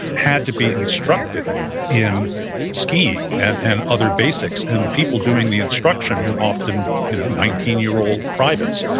had to be instructed in skiing and and other basics, and the people doing the instruction were often you know nineteen year old privates.